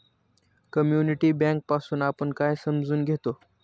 Community bank पासुन आपण काय समजून घेतो?